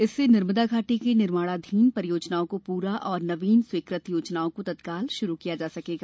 इससे नर्मदा घाटी की निर्माणाधीन परियोजनाओं को पूरा और नवीन स्वीकृत योजनाओं को तत्काल प्रारंभ किया जा सकेगा